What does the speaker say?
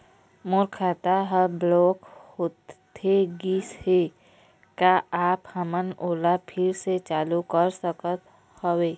मोर खाता हर ब्लॉक होथे गिस हे, का आप हमन ओला फिर से चालू कर सकत हावे?